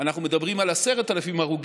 אנחנו מדברים על 10,000 מתים,